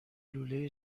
لوله